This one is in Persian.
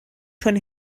چون